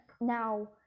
now